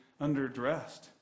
underdressed